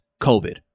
COVID